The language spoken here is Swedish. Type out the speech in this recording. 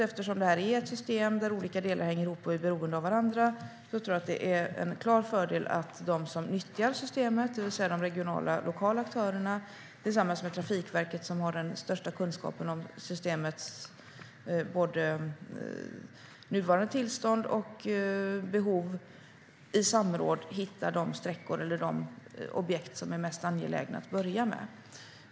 Eftersom detta är ett system där olika delar hänger ihop och är beroende av varandra är det en klar fördel om de som nyttjar systemet, det vill säga de regionala och lokala aktörerna, tillsammans med Trafikverket som har den största kunskapen om systemets nuvarande tillstånd och behov hittar de objekt som det är mest angeläget att börja med.